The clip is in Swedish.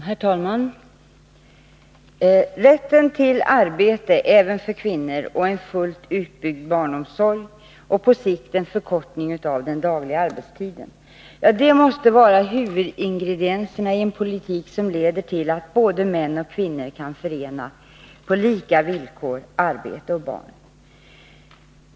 Herr talman! Rätten till arbete — även för kvinnor — och en fullt utbyggd barnomsorg och på sikt en förkortning av den dagliga arbetstiden måste vara huvudingredienserna i en politik som leder till att både män och kvinnor på lika villkor kan förena arbete och barn.